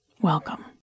Welcome